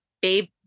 babe